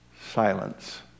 silence